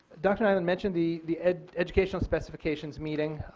dr. nyland mentioned the the educational specifications meeting.